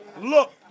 look